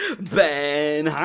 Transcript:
ben